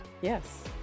Yes